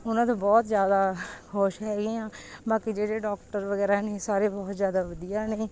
ਉਹਨਾਂ ਤੋਂ ਬਹੁਤ ਜ਼ਿਆਦਾ ਖੁਸ਼ ਹੈਗੇ ਹਾਂ ਬਾਕੀ ਜਿਹੜੇ ਡਾਕਟਰ ਵਗੈਰਾ ਨੇ ਸਾਰੇ ਬਹੁਤ ਜ਼ਿਆਦਾ ਵਧੀਆ ਨੇ